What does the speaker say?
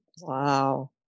Wow